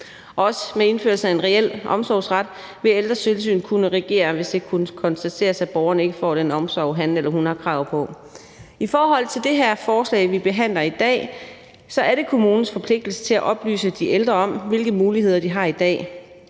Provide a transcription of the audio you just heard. Også med indførelse af en reel omsorgsret vil Ældretilsynet kunne reagere, hvis det konstateres, at borgeren ikke får den omsorg, han eller hun har krav på. I forhold til det her forslag, vi behandler i dag, vil jeg sige, at det er kommunens forpligtelse at oplyse de ældre om, hvilke muligheder de har i dag.